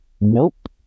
Nope